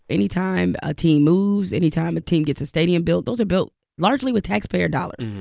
any time a team moves, any time a team gets a stadium built those are built largely with taxpayer dollars.